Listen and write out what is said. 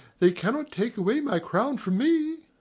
they cannot take away my crown from me.